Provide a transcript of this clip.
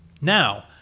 Now